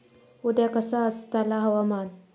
उद्या कसा आसतला हवामान?